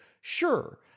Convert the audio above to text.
Sure